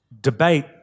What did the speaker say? debate